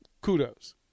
kudos